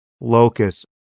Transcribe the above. locus